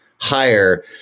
higher